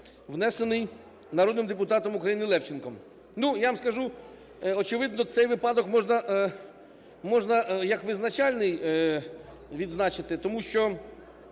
внесений народним депутатом України Левченком. Я вам скажу, очевидно, цей випадок можна як визначальний відзначити, тому що